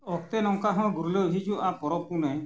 ᱚᱠᱛᱚ ᱱᱚᱝᱠᱟ ᱦᱚᱸ ᱜᱩᱨᱞᱟᱹᱣ ᱦᱤᱡᱩᱜᱼᱟ ᱯᱚᱨᱚᱵᱽ ᱯᱩᱱᱟᱹᱭ